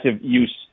use